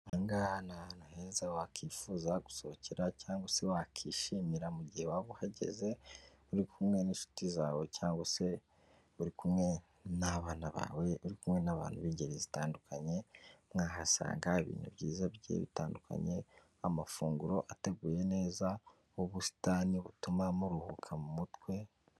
Aha ngaha ni ahantu heza wakwifuza gusohokera cyangwa se wakishimira mu gihe waba uhageze, uri kumwe n'inshuti zawe cyangwa se, uri kumwe n'abana bawe, uri kumwe n'abantu b'ingeri zitandukanye, mwahasanga ibintu byiza bigiye bitandukanye, amafunguro ateguye neza, ubusitani butuma muruhuka mu mutwe...